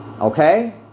Okay